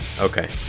Okay